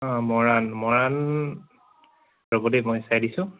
অঁ মৰাণ মৰাণ ৰ'ব দেই মই চাই দিছোঁ